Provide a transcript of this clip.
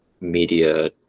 media